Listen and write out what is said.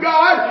God